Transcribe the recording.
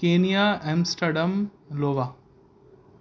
Kenya Amsterdam لوا